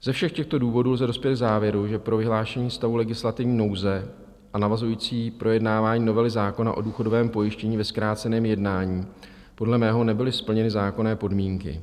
Ze všech těchto důvodů lze dospět k závěru, že pro vyhlášení stavu legislativní nouze a navazující projednávání novely zákona o důchodovém pojištění ve zkráceném jednání podle mého nebyly splněny zákonné podmínky.